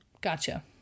Gotcha